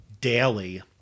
daily